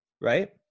right